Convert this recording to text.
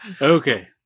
Okay